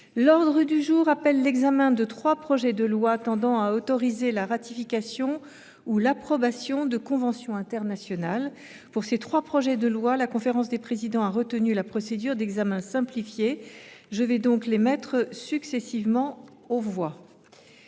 L’ordre du jour appelle l’examen de trois projets de loi tendant à autoriser la ratification ou l’approbation de conventions internationales. Pour ces trois projets de loi, la conférence des présidents a retenu la procédure d’examen simplifié. Je vais donc les mettre successivement aux voix.